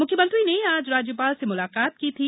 मुख्यमंत्री ने आज राज्यपाल से मुलाकात की थी